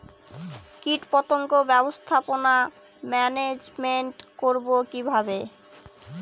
কীটপতঙ্গ ব্যবস্থাপনা ম্যানেজমেন্ট করব কিভাবে?